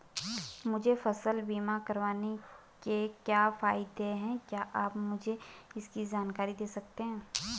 मुझे फसल बीमा करवाने के क्या फायदे हैं क्या आप मुझे इसकी जानकारी दें सकते हैं?